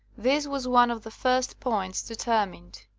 this was one of the first points determined.